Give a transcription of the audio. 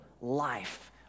life